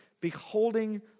beholding